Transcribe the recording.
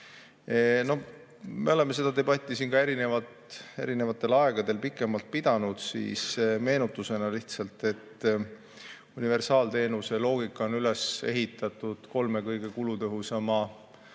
Me oleme seda debatti siin erinevatel aegadel pikemalt pidanud. Lihtsalt meenutusena, et universaalteenuse loogika on üles ehitatud kolme kõige kulutõhusama